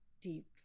deep